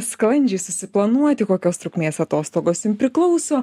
sklandžiai susiplanuoti kokios trukmės atostogos jum priklauso